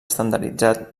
estandarditzat